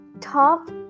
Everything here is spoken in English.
top